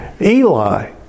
Eli